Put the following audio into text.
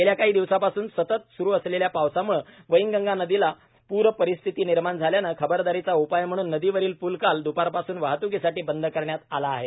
गेल्या काही दिवसापासून सतत स्रू असलेल्या पावसाम्ळे वैनगंगा नदीला प्र परिस्थिती निर्माण झाल्याने खबरदारीचा उपाय म्हणून नदीवरील पूल काल द्पारपासून वाहतुकीसाठी बंद करण्यात आला आहेत